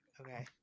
Okay